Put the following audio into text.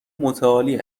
متعالی